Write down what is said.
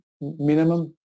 minimum